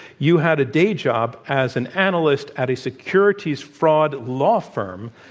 you had a day job as an analyst as a securities fraud law firm.